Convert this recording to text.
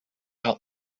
out